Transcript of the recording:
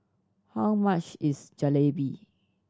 how much is Jalebi